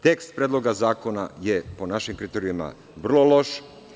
Tekst predloga zakona je po našim kriterijumima vrlo loš.